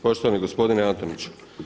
Poštovani gospodine Antoniću.